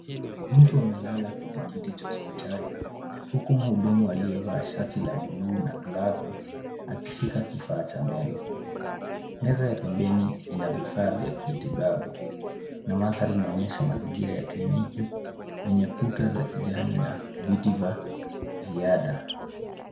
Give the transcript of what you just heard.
Mtu amelala kwenye kiti cha hospitali, huku mhudumu aliyevaa shati la buluu na glavu akishika kifaa cha meno. Meza ya pembeni ina vifaa vya kitibabu, na mandhari inaonyesha mazingira ya kliniki yenye kuta za kijani na viti vya ziada.